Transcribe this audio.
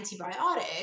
antibiotic